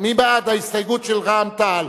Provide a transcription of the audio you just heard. מי בעד ההסתייגות של רע"ם-תע"ל?